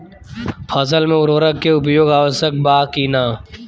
फसल में उर्वरक के उपयोग आवश्यक बा कि न?